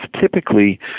typically